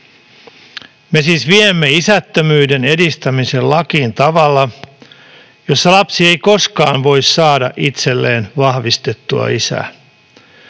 Me siis viemme isättömyyden edistämisen lakiin sillä tavalla, että lapsi ei koskaan voi saada itselleen vahvistettua isää.